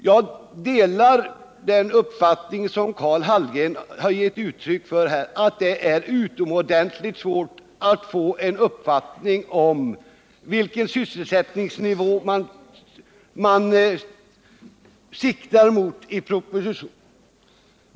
Jag delar den uppfattning som Karl Hallgren här gav uttryck för, nämligen att det är utomordentligt svårt att få en uppfattning om vilken sysselsättningsnivå som propositionen siktar mot.